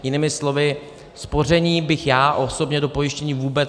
Jinými slovy, spoření bych já osobně do pojištění vůbec nepletl.